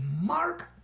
mark